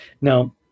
Now